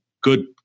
good